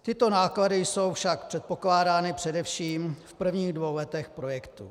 Tyto náklady jsou však předpokládány především v prvních dvou letech projektu.